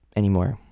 anymore